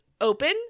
open